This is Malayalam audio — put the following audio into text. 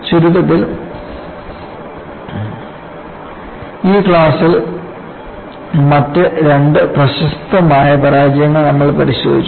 ചുരുക്കത്തിൽ ഈ ക്ലാസ്സിൽ മറ്റ് 2 പ്രശസ്തമായ പരാജയങ്ങൾ നമ്മൾ പരിശോധിച്ചു